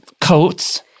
coats